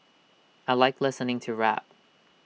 I Like listening to rap